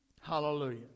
Hallelujah